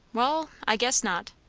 wall i guess not.